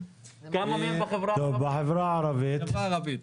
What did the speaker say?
בחברה הערבית,